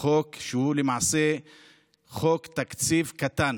חוק שהוא למעשה חוק תקציב קטן.